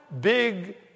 big